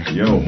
yo